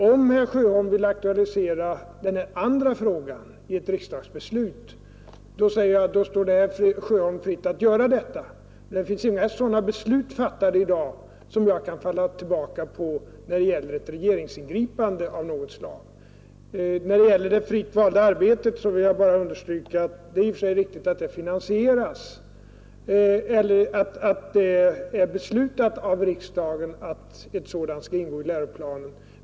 Om herr Sjöholm vill aktualisera den andra frågan i ett riksdagsbeslut, då säger jag att det står herr Sjöholm fritt att göra det. Det finns inga sådana beslut fattade i dag som jag kan falla tillbaka på när det gäller ett regeringsingripande av något slag. Beträffande det fritt valda arbetet vill jag bara understryka att det är i och för sig riktigt att det är beslutat av riksdagen att sådant skall ingå i läroplanen.